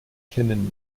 kennen